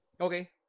Okay